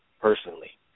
personally